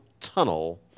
tunnel